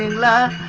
la